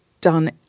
done